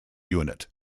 unit